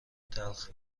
تلخ